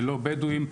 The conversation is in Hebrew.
ללא בדואים.